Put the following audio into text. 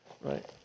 right